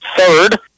third